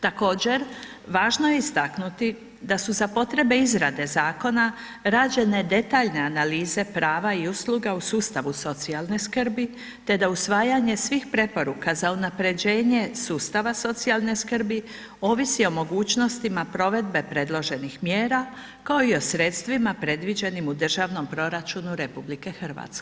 Također, važno je istaknuti da su za potrebe izrade zakona rađene detaljne analize prava i usluga u sustavu socijalne skrbi te da usvajanje svih preporuka za unaprjeđenje sustava socijalne skrbi ovisi o mogućnostima provedbe predloženih mjera, kao i o sredstvima predviđenim u državnom proračunu RH.